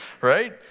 right